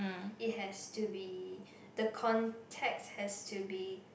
it has to be the contacts has to be